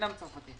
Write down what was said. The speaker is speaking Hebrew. ושאינם צרפתים